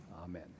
Amen